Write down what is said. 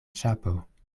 ĉapo